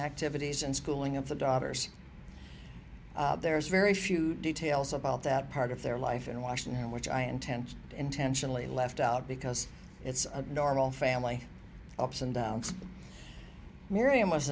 activities and schooling of the daughters there's very few details about that part of their life in washington which i intend to intentionally left out because it's a normal family ups and downs miriam was